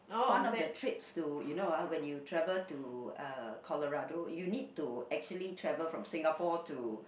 one of the trips to you know ah when you travel to uh Colorado you need to actually travel from Singapore to